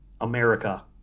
America